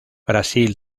brasil